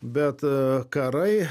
bet karai